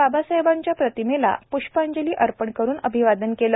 बाबासाहेबांच्या प्रतिमेला प्ष्पांजली अर्पण करुन अभिवादन केलं